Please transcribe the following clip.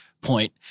point